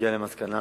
והגיע למסקנה